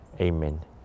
Amen